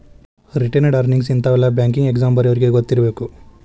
retained earnings ಇಂತಾವೆಲ್ಲ banking exam ಬರ್ಯೋರಿಗಿ ಗೊತ್ತಿರ್ಬೇಕು